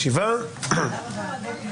הישיבה ננעלה בשעה 11:00.